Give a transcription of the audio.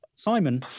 Simon